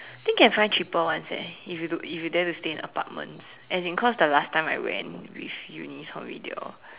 think can find cheaper ones eh if you dare to stay in apartments as in cause the last time I went with Eunice they all